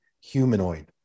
humanoid